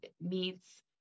meets